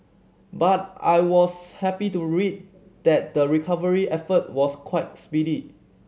but I was happy to read that the recovery effort was quite speedy